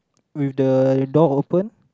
with the door open